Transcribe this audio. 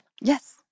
Yes